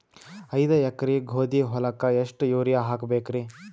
ಐದ ಎಕರಿ ಗೋಧಿ ಹೊಲಕ್ಕ ಎಷ್ಟ ಯೂರಿಯಹಾಕಬೆಕ್ರಿ?